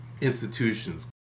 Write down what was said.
institutions